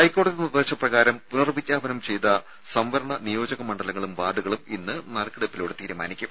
ഹൈക്കോടതി നിർദ്ദേശപ്രകാരം പുനർ വിജ്ഞാപനം ചെയ്ത സംവരണ നിയോജക മണ്ഡലങ്ങളും വാർഡുകളും ഇന്ന് നറുക്കെടുപ്പിലൂടെ തീരുമാനിക്കും